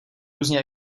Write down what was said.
různě